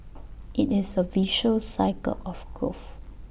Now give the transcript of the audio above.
IT is A virtuous cycle of growth